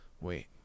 wait